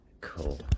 cool